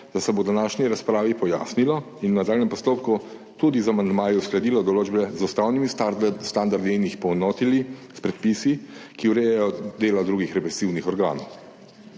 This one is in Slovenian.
da se bo v današnji razpravi pojasnilo in v nadaljnjem postopku tudi z amandmaji uskladilo določbe z ustavnimi standardi in jih poenotilo s predpisi, ki urejajo delo drugih represivnih organov.